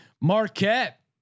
Marquette